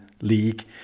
league